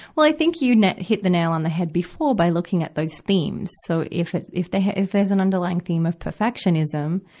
well, i think you net, hit the nail on the head before by looking at those themes. so, if it's, if they ha, if there's an underlying theme of perfectionism,